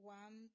one